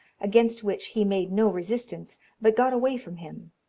against which he made no resistance, but got away from him.